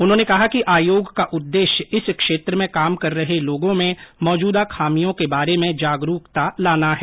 उन्होंने कहा कि आयोग का उद्देश्य इस क्षेत्र में काम कर रहे लोगों में मौजूदा खामियों के बारे में जागरूकता लाना है